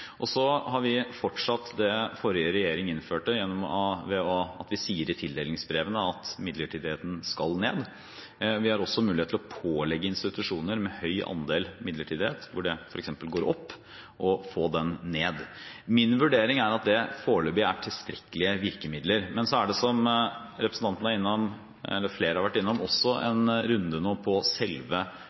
midlertidige. Så har vi fortsatt det forrige regjering innførte, ved at vi sier i tildelingsbrevene at midlertidigheten skal ned. Vi har også mulighet til å pålegge institusjoner med høy andel midlertidighet, hvor det f.eks. går opp, å få den ned. Min vurdering er at det foreløpig er tilstrekkelige virkemidler. Men så er det, som representanten er innom, og som flere har vært innom, nå en runde på selve